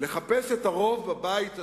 לחפש את הרוב בבית הזה,